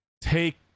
take